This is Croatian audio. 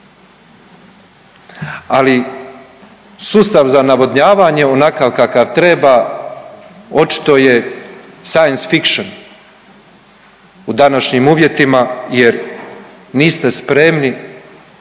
Ali sustav za navodnjavanje onakav kakav treba očito je science fiction u današnjim uvjetima jer niste spremni